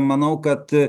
manau kad